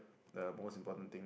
the most important thing